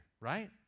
Right